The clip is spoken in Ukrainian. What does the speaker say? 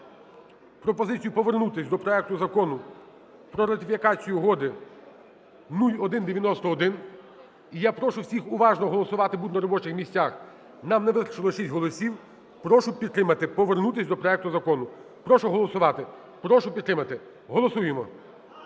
пропозицію повернутися до проекту Закону про ратифікацію угоди (0191). І я прошу уважно голосувати, бути на робочих місцях. Нам невистачило шість голосів. Прошу підтримати. Повернутись до проекту закону. Прошу голосувати, прошу підтримати. Голосуємо.